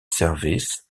service